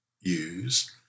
use